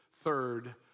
third